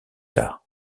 tard